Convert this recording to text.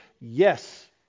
Yes